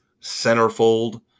Centerfold